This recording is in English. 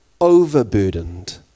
overburdened